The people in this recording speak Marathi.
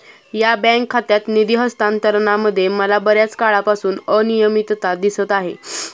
या बँक खात्यात निधी हस्तांतरणामध्ये मला बर्याच काळापासून अनियमितता दिसत आहे